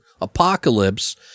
Apocalypse